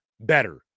better